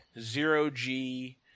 zero-G